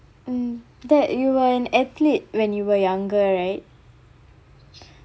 mm dad you were an athlete when you were younger right